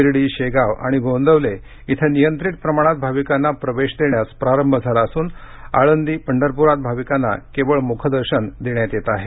शिर्डी शेगाव आणि गोंदवले इथं नियंत्रित प्रमाणात भाविकांना प्रवेश देण्यास प्रारंभ झाला असून आळंदी पंढरपुरात भाविकांना केवळ मुखदर्शन देण्यात येत आहे